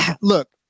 Look